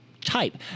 type